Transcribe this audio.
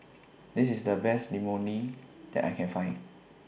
This IS The Best Imoni that I Can Find